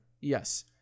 Yes